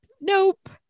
nope